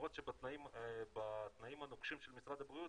למרות שבתנאים הנוקשים של משרד הבריאות,